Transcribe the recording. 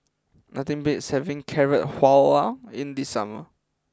nothing beats having Carrot Halwa in the summer